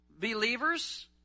believers